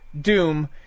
Doom